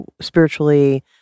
spiritually